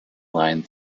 line